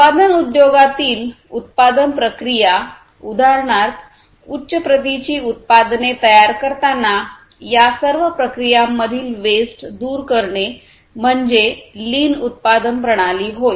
उत्पादन उद्योगातील उत्पादन प्रक्रिया उदाहरणार्थ उच्च प्रतीची उत्पादने तयार करताना या सर्व प्रक्रियांमधील वेस्ट दूर करणे म्हणजे लीन उत्पादन प्रणाली होय